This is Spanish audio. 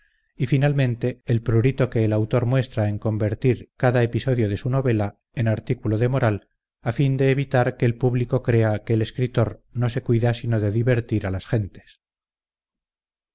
y finalmente el prurito que el autor muestra en convertir cada episodio de su novela en artículo de moral a fin de evitar que le público crea que el escritor no se cuida sino de divertir a las gentes